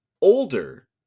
older